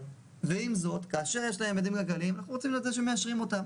ועם זאת אנחנו רוצים להיות אלה שמאשרים אותן.